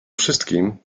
wszystkim